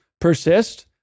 persist